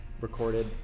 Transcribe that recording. recorded